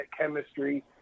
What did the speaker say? chemistry